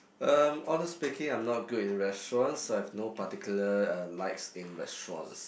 um honest speaking I'm not good in restaurants so I've no particular uh likes in restaurants